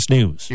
News